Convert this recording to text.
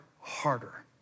harder